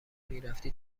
میرفتی